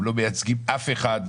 הם לא מייצגים אף אחד.